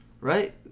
Right